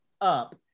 up